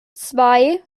zwei